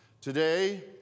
Today